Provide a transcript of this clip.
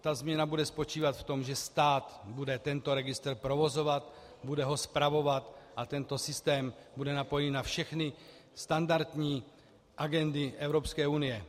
Ta změna bude spočívat v tom, že stát bude tento registr provozovat, bude ho spravovat a tento systém bude napojený na všechny standardní agendy Evropské unie.